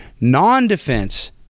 non-defense